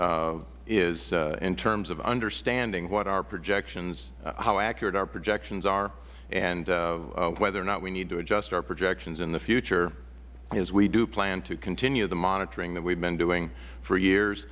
is in terms of understanding what our projections how accurate our projections are and whether or not we need to adjust our projections in the future is we do plan to continue the monitoring that we have been doing for